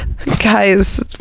guys